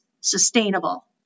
sustainable